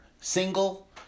single